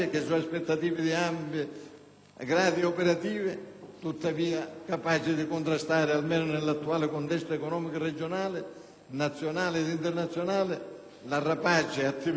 grado, tuttavia, di contrastare almeno nell'attuale contesto economico regionale, nazionale ed internazionale la rapace attività dei grandi istituti bancari.